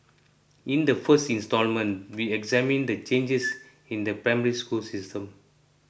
in the first instalment we examine the changes in the Primary School system